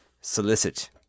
solicit